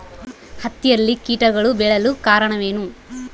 ಹತ್ತಿಯಲ್ಲಿ ಕೇಟಗಳು ಬೇಳಲು ಕಾರಣವೇನು?